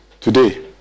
Today